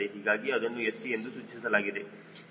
ಹೀಗಾಗಿ ಇದನ್ನು St ಎಂದು ಸೂಚಿಸಲಾಗುತ್ತದೆ